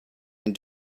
and